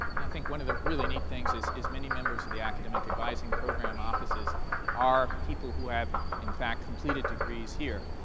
and i think one of the really neat things is, many members of the academic advising program offices are people who have, in fact, completed degrees here.